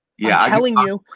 yeah i'm telling you.